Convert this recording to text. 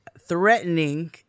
threatening